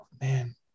man